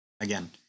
Again